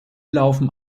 laufen